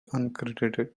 uncredited